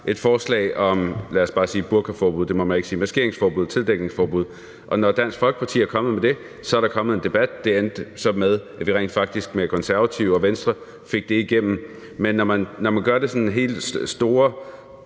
os bare sige et burkaforbud, men det må man ikke sige, men et maskeringsforbud, et tildækningsforbud, og når Dansk Folkeparti er kommet med det, så er der kommet en debat. Det endte så med, at vi rent faktisk med Konservative og Venstre fik det igennem. Men når man gør den helt store